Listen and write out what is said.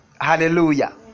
Hallelujah